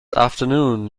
afternoon